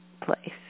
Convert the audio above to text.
place